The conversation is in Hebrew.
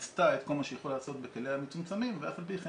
מיצתה את כל מה שהיא יכולה לעשות בכליה המצומצמים ואף על פי כן